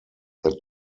that